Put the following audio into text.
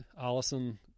allison